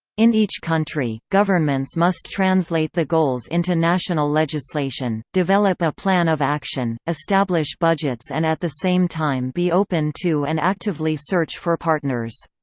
in each country, governments must translate the goals into national legislation, develop a plan of action, establish budgets and at the same time be open to and actively search for partners.